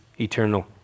eternal